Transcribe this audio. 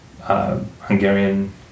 Hungarian